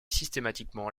systématiquement